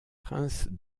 prince